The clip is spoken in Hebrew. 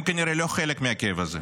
הם כנראה לא חלק מהכאב הזה.